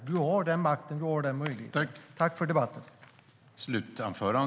Du har den makten och möjligheten. Tack för debatten!